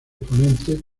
exponentes